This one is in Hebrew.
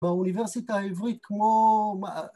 ‫באוניברסיטה העברית כמו...